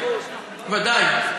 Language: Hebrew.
בוודאי.